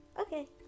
Okay